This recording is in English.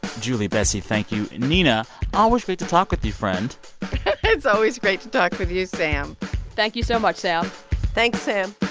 julie, betsy, thank you. nina, always great to talk with you, friend it's always great to talk with you, sam thank you so much, sam thanks, sam